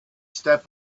step